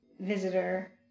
visitor